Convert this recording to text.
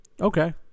Okay